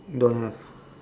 don't have